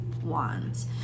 wands